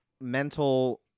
mental